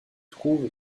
trouve